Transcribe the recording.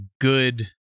good